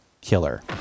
killer